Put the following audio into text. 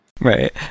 Right